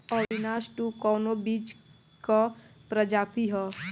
अविनाश टू कवने बीज क प्रजाति ह?